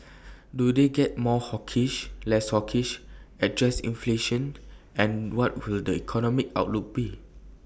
do they get more hawkish less hawkish address inflation and what will the economic outlook be